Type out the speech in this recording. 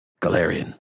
Galarian